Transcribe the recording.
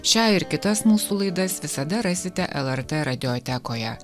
šią ir kitas mūsų laidas visada rasite lrt radiotekoje